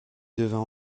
devint